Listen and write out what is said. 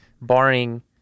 barring